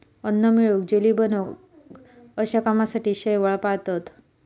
अन्न मिळवूक, जेली बनवूक अश्या कामासाठी शैवाल पाळतत